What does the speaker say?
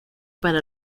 para